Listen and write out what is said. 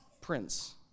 prince